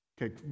Okay